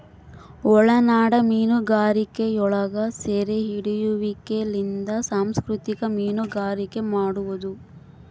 ಒಳನಾಡ ಮೀನುಗಾರಿಕೆಯೊಳಗ ಸೆರೆಹಿಡಿಯುವಿಕೆಲಿಂದ ಸಂಸ್ಕೃತಿಕ ಮೀನುಗಾರಿಕೆ ಮಾಡುವದು